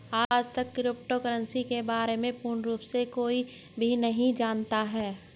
आजतक crypto currency के बारे में पूर्ण रूप से कोई भी नहीं जानता है